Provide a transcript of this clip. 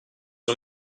ont